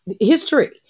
history